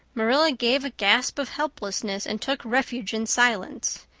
marilla gave a gasp of helplessness and took refuge in silence.